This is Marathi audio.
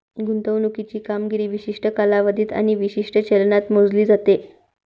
गुंतवणुकीची कामगिरी विशिष्ट कालावधीत आणि विशिष्ट चलनात मोजली जाते